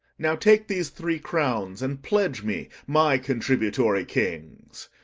now, take these three crowns, and pledge me, my contributory kings.